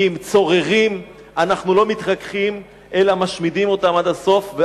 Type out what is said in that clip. כי עם צוררים אנחנו לא מתרככים אלא משמידים אותם עד הסוף.